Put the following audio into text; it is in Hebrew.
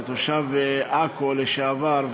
כתושב עכו לשעבר,